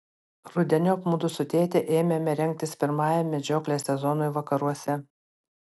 rudeniop mudu su tėte ėmėme rengtis pirmajam medžioklės sezonui vakaruose